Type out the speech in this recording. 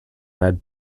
red